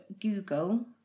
Google